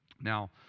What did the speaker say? Now